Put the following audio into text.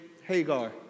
Hagar